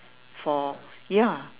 for ya